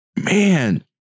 man